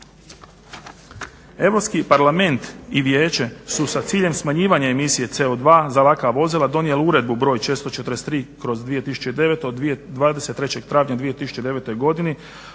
Europski parlament i vijeće su sa ciljem smanjivanja emisije CO2 za laka vozila donijeli Uredbu br. 443/2009. 23.travnja 2009. godine